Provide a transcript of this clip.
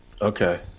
Okay